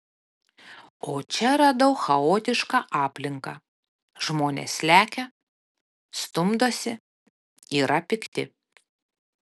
o čia radau chaotišką aplinką žmonės lekia stumdosi yra pikti